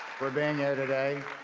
for being here today,